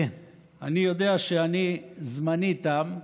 אני יודע שזמני תם,